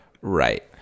Right